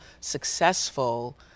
successful